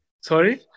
Sorry